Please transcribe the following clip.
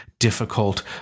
Difficult